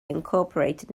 incorporated